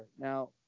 Now